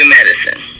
medicine